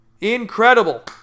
Incredible